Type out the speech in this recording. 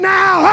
now